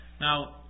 Now